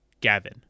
Gavin